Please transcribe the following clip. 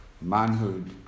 manhood